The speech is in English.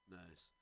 nice